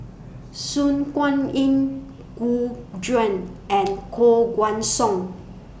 Su Guaning Gu Juan and Koh Guan Song